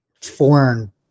foreign